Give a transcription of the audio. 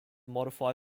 modify